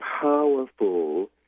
powerful